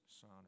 son